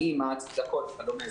מה ההצדקות וכדומה.